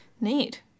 Neat